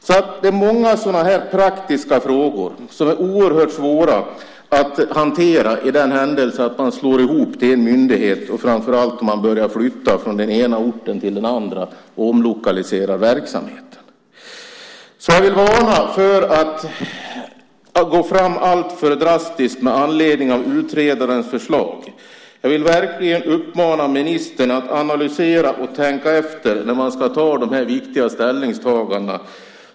Det finns många sådana här praktiska frågor som är oerhört svåra att hantera i den händelse att man slår ihop alla dessa till en myndighet, och framför allt om man börjar flytta från den ena orten till den andra och omlokaliserar verksamheten. Jag vill varna för att gå fram alltför drastiskt med anledning av utredarens förslag. Jag vill verkligen uppmana ministern att analysera och tänka efter när man ska göra de här viktiga ställningstagandena.